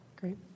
Great